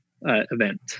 event